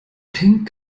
pink